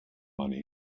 money